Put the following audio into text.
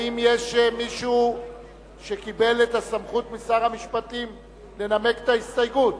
האם יש מישהו שקיבל את הסמכות משר המשפטים לנמק את ההסתייגות?